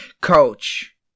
coach